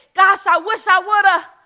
gosh, i wish i woulda.